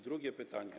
Drugie pytanie.